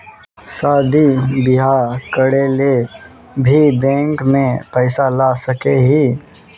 शादी बियाह करे ले भी बैंक से पैसा ला सके हिये?